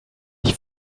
ich